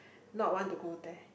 not want to go there